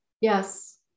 Yes